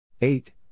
eight